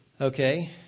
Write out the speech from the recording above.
Okay